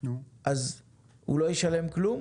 הוא לא ישלם כלום?